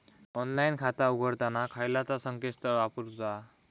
Online खाता उघडताना खयला ता संकेतस्थळ वापरूचा?